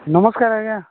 ନମସ୍କାର ଆଜ୍ଞା